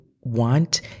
want